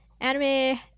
anime